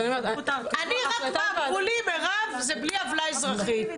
לי אמרו שזה בלי עוולה אזרחית.